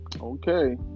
Okay